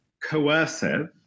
coercive